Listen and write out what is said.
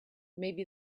maybe